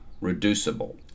reducible